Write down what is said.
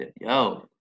yo